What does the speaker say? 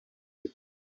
good